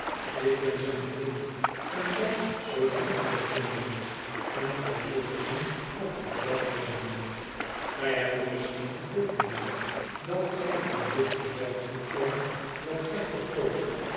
ik ben zijn vriend en dat zult gij ondervinden n gij zult hem op de trap vinden gij hebt u misschien verbeeld mijnheer dat gij in dit geval doen kondt wat gij